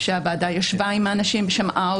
שהוועדה ישבה עם האנשים ושמעה אותם,